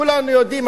כולנו יודעים,